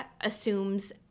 assumes